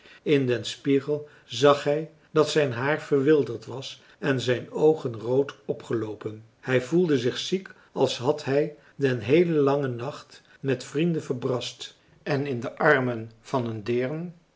in den spiegel zag hij dat zijn haar verwilderd was en zijn oogen rood opgeloopen hij voelde zich ziek als had hij den heelen langen nacht met vrienden verbrast en in de armen van een deern